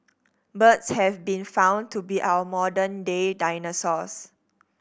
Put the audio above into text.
birds have been found to be our modern day dinosaurs